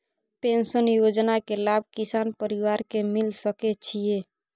Pension योजना के लाभ किसान परिवार के मिल सके छिए?